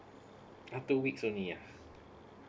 ah two weeks only ah